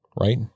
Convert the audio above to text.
right